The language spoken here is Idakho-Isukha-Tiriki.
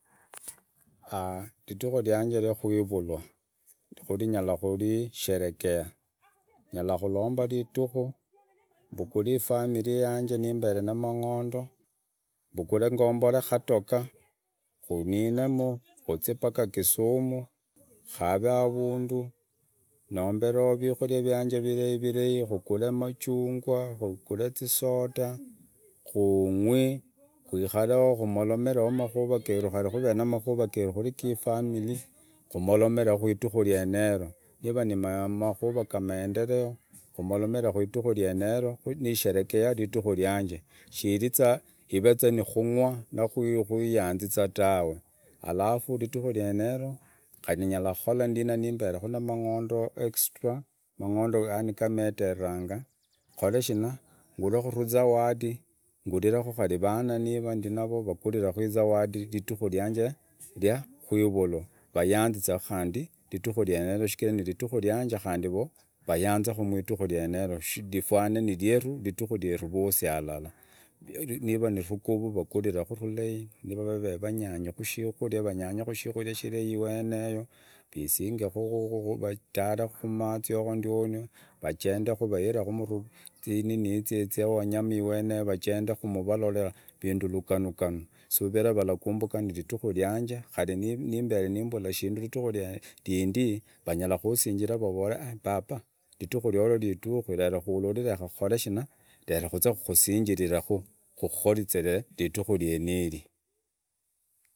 ridika ryanje rya kuivalwa, kuri nyara kurisherekea ngala kuromba ridiku mbukule ifamilia yanje nimbere nimbere na mangendo, mbugule ngombore katokaa kunine muu kuzii mpaka kisumu, kavee avundu nombere, awenao vikuria ryanje viraivirai, kuqure machungwa, kugure zisoda kugwii, kwikareo kumoremereo makuva giru, kari nukuvereo na makura giru gi familia kumoromereo kuridiku ryenero niiva ni mukuru ya maendeleo kumorome kuridiku ryenero ku nisherekea ridiku ryanje. Shirii za nukugwa nakuiyanziza tawe. Alafu ridiku ryenero khari kukora ndinimbere na magondo exira mungondo yani gamederanga kure shina ngure tuzawadi nguriree kari vaana nu ndi navoo mbagurireku kure rizawadi ndiku ryanje rya kuvulwa vaganzize ku shichira ni ridiku ni ryanje kari navoo vayaane muridiku nyenero rifaane ni ridiku nyero vosi alala niiva ni ruguru mbagurireku talai, niva vanyanyiku shikuria vanyanyeku shimuria shilai rweneo visinge ku vatare ku mazi yoko ndiono wajende vaireku mu zinini zya wanyama iweno vajendeku nivalola vindu luganolugane sivilla vara kumbuka ni ridiku ryanje khari nimbere nimbula shindu ridiku rindii vanyara kusingiriza vavore baba ridiku ryoryo ridiku kulorisero kukore shina lelo kue kumusingireku kukukoriziree ridiku ryeniri.